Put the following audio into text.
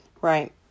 Right